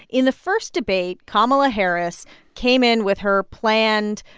in the first debate, kamala harris came in with her planned